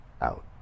out